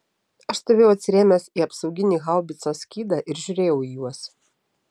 aš stovėjau atsirėmęs į apsauginį haubicos skydą ir žiūrėjau į juos